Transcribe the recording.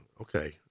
Okay